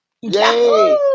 Yay